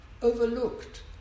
overlooked